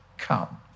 come